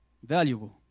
Valuable